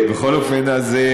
בכל אופן, אז,